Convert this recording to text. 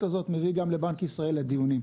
הזאת מביא גם לבנק ישראל לדיונים.